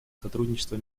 сотрудничества